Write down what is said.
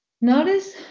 notice